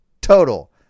total